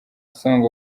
song